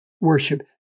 worship